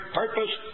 purpose